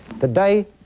Today